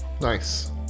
nice